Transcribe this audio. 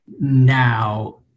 now